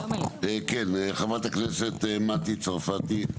כן, חברת הכנסת מטי צרפתי.